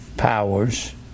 Powers